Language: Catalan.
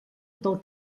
del